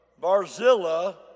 Barzilla